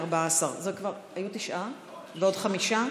14 בעד,